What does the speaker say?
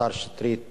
השר שטרית